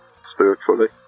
spiritually